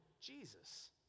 Jesus